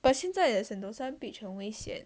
but 现在的 sentosa beach 很危险